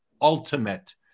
ultimate